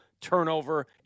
turnover